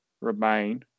remain